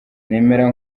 nemera